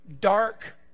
dark